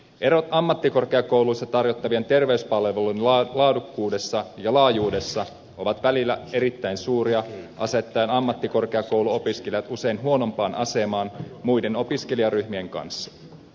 erot ammattikorkeakouluissa tarjottavien terveyspalvelujen laadukkuudessa ja laajuudessa ovat välillä erittäin suuria asettaen ammattikorkeakouluopiskelijat usein huonompaan asemaan suhteessa muihin opiskelijaryhmiin